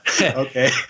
okay